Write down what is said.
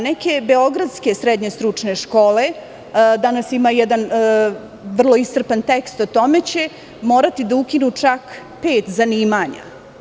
Neke beogradske srednje stručne škole, danas ima jedan vrlo iscrpan tekst o tome, će morati da ukinu čak pet zanimanja.